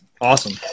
Awesome